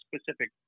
specific